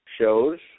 shows